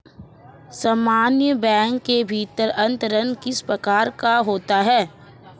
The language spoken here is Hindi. समान बैंक के भीतर अंतरण किस प्रकार का होता है?